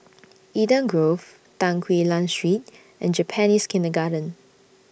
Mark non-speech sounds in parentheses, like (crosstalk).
(noise) Eden Grove Tan Quee Lan Street and Japanese Kindergarten